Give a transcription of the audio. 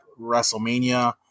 WrestleMania